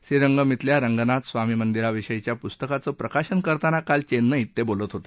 श्रीरंगम धिल्या रंगनाथ स्वामी मंदिराविषयीच्या पुस्तकाचं प्रकाशन करताना काल चेन्नई ी ते बोलत होते